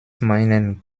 meinen